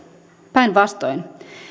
päinvastoin